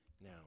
Now